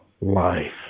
life